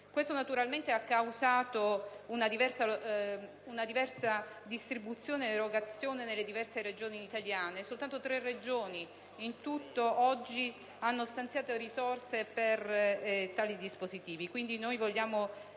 Questo, naturalmente, ha causato una diversa distribuzione ed erogazione nelle varie Regioni italiane. Soltanto tre Regioni hanno stanziato, ad oggi, risorse per tali dispositivi.